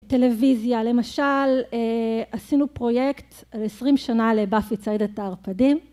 טלוויזיה, למשל, עשינו פרויקט על 20 שנה לבאפי ציידת הערפדים.